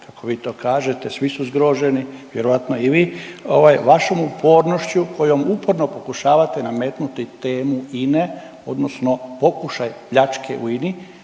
kako vi to kažete, svi su zgroženi, vjerojatno i vi, ovaj vašom upornošću kojom uporno pokušavate nametnuti temu INA-e odnosno pokušaj pljačke u INA-i